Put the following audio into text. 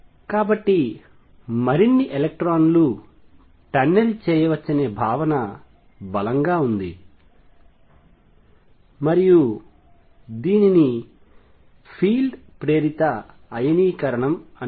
కాబట్టి మరిన్ని ఎలక్ట్రాన్లు టన్నెల్ చేయవచ్చనే భావన బలంగా ఉంది మరియు దీనిని ఫీల్డ్ ప్రేరిత అయనీకరణం అంటారు